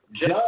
Judge